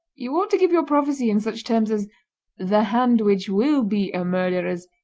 you ought to give your prophecy in such terms as the hand which will be a murderer's,